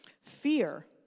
Fear